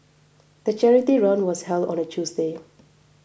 the charity run was held on a Tuesday